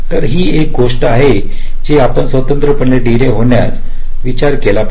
तर ही एक गोष्ट आहे जी आपण स्वतंत्रपणे डील होण्यास करण्याचा विचार केला पाहिजे